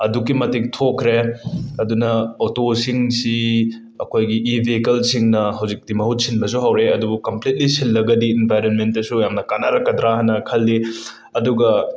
ꯑꯗꯨꯛꯛꯤ ꯃꯇꯤꯛ ꯊꯣꯛꯈ꯭ꯔꯦ ꯑꯗꯨꯅ ꯑꯣꯇꯣꯁꯤꯡꯁꯤ ꯑꯩꯈꯣꯏꯒꯤ ꯏ ꯕꯦꯍꯤꯀꯜꯁꯤꯡꯅ ꯍꯨꯖꯤꯛꯇꯤ ꯃꯍꯨꯠ ꯁꯤꯅꯕꯁꯨ ꯍꯧꯔꯛꯑꯦ ꯑꯗꯨꯅ ꯀꯝꯄ꯭ꯂꯤꯠꯂꯤ ꯁꯤꯜꯂꯒꯗꯤ ꯏꯟꯕꯥꯏꯔꯟꯇꯁꯨ ꯌꯥꯝꯅ ꯀꯥꯟꯅꯔꯛꯀꯗ꯭ꯔꯥꯅ ꯈꯜꯂꯤ ꯑꯗꯨꯒ